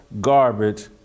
garbage